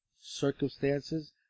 circumstances